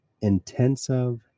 intensive